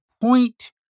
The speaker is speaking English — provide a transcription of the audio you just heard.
point